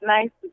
Nice